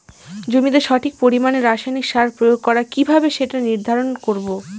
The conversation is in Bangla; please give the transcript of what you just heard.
জমিতে সঠিক পরিমাণে রাসায়নিক সার প্রয়োগ করা কিভাবে সেটা নির্ধারণ করব?